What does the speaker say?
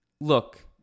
Look